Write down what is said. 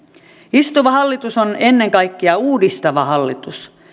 istuva hallitus on ennen kaikkea uudistava hallitus